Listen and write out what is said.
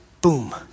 boom